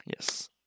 Yes